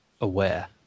aware